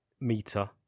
meter